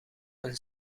een